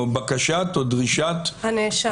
או בקשת או דרישת הנאשם.